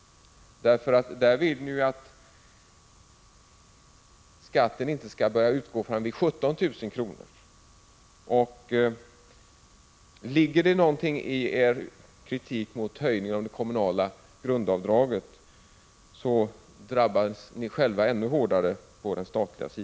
Där vill ni ju att skatten inte skall börja utgå förrän vid en inkomst av 17 000 kr.